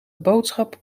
boodschap